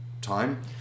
time